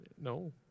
No